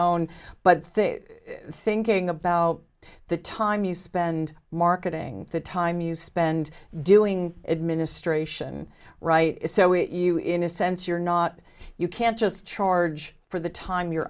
think thinking about the time you spend marketing the time you spend doing it ministration right so it you in a sense you're not you can't just charge for the time you're